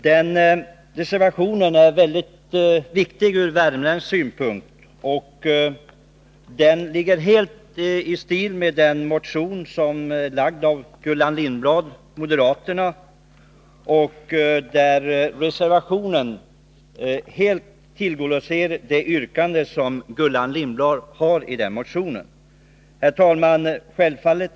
Den reservationen är mycket viktig från värmländsk synpunkt, och den tillgodoser helt yrkandet i den motion som har väckts av bl.a. moderaten Gullan Lindblad. Herr talman!